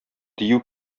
дию